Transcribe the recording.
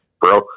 bro